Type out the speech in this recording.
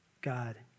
God